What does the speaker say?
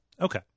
Okay